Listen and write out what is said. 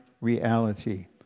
reality